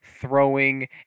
throwing